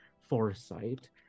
foresight